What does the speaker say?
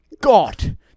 God